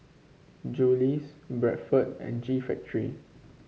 Julie's Bradford and G Factory